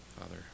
Father